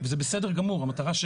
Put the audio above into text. זה הבעיה עם חוק ההסדרים.